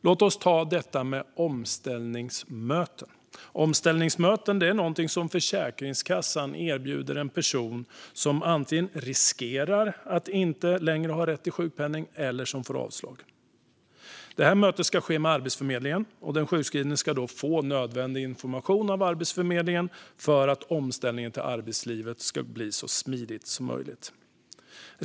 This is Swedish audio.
Låt oss ta omställningsmöten som exempel. Omställningsmöten är något som Försäkringskassan erbjuder en person som antingen riskerar att inte längre ha rätt till sjukpenning eller som får avslag. Mötet ska ske med Arbetsförmedlingen, och den sjukskrivne ska då få nödvändig information från Arbetsförmedlingen för att omställningen till arbetslivet ska bli så smidig som möjligt.